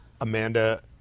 Amanda